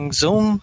zoom